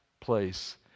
place